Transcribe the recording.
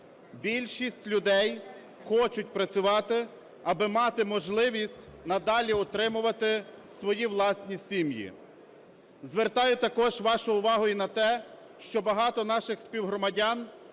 Більшість людей хочуть працювати аби мати можливість надалі утримувати свої власні сім'ї. Звертаю також вашу увагу і на те, що багато наших співгромадян